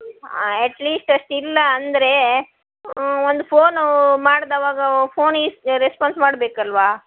ಆ at least ಅಷ್ಟು ಇಲ್ಲ ಅಂದರೆ ಹ್ಞೂ ಒಂದು ಫೋನೂ ಮಾಡ್ದಾವಾಗ ಫೋನಿಗೆ ರೆಸ್ಪಾನ್ಸ್ ಮಾಡ್ಬೇಕಲ್ಲವಾ